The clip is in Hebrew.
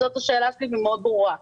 זאת השאלה שלי והיא מאוד ברורה.